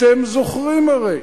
אתם זוכרים הרי.